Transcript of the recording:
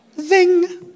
Zing